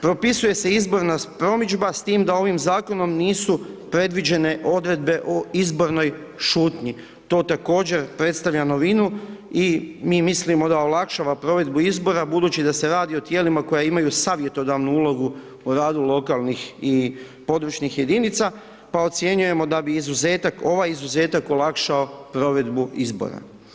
Propisuje se izborna promidžba s tim da ovim zakonom nisu predviđene odredbe o izbornoj šutnji, to također predstavlja novinu i mi mislimo da olakšava provedbu izbora budući da se radi o tijelima koja imaju savjetodavnu ulogu u radu lokalnih i područnih jedinica, pa ocjenjujemo da bi izuzetak, ovaj izuzetak, olakšao provedbu izbora.